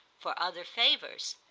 for other favours.